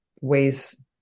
ways